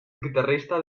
guitarrista